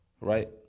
right